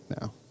now